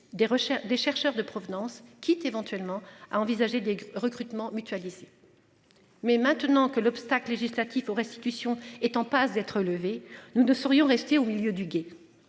des chercheurs de provenance quitte éventuellement à envisager des recrutements mutualisés. Mais maintenant que l'obstacle législatif hors institution est en passe d'être levés. Nous ne saurions rester au milieu du gué.